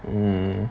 mm